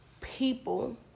people